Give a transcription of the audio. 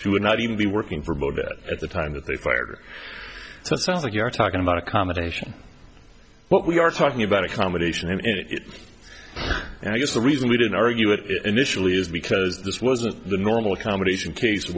she would not even be working for bobet at the time that they fired so it sounds like you are talking about accommodation what we are talking about accommodation and it and i guess the reason we didn't argue it initially is because this wasn't the normal accommodation case